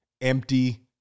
empty